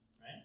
Right